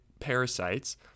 parasites